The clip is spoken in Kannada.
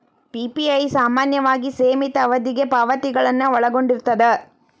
ಪಿ.ಪಿ.ಐ ಸಾಮಾನ್ಯವಾಗಿ ಸೇಮಿತ ಅವಧಿಗೆ ಪಾವತಿಗಳನ್ನ ಒಳಗೊಂಡಿರ್ತದ